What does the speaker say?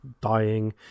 dying